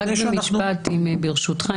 ברשותך,